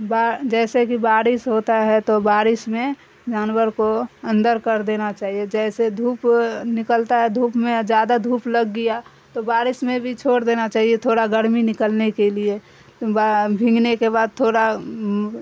با جیسے کہ بارش ہوتا ہے تو بارش میں جانور کو اندر کر دینا چاہیے جیسے دھوپ نکلتا ہے دھوپ میں زیادہ دھوپ لگ گیا تو بارش میں بھی چھوڑ دینا چاہیے تھوڑا گرمی نکلنے کے لیے بھگنے کے بعد تھوڑا